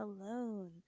alone